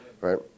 right